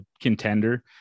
contender